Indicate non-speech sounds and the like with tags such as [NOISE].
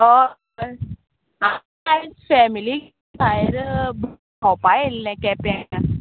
अय [UNINTELLIGIBLE] फॅमिलीक भायर भोंवपा येयल्लें केंप्यां